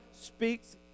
speaks